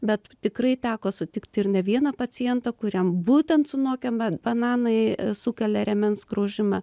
bet tikrai teko sutikti ir ne vieną pacientą kuriam būtent sunokę bananai sukelia rėmens graužimą